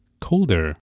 colder